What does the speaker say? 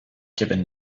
given